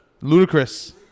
ludicrous